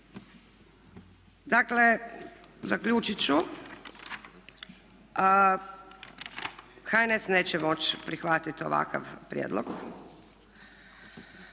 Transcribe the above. Dakle, zaključit ću. HNS neće moći prihvatiti ovakav prijedlog.